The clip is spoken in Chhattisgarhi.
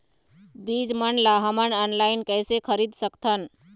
बीज मन ला हमन ऑनलाइन कइसे खरीद सकथन?